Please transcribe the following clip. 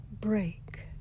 break